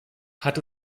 hat